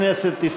נא להצביע.